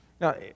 Now